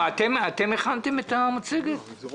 אני